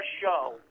show